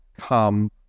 come